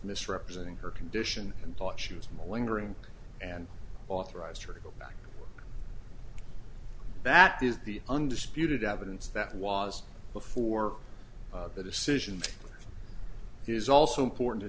misrepresenting her condition and bought shoes from a lingering and authorized her to go back that is the undisputed evidence that was before the decision is also important to